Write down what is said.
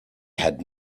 had